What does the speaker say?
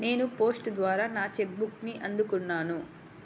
నేను పోస్ట్ ద్వారా నా చెక్ బుక్ని అందుకున్నాను